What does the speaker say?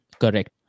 correct